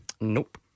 Nope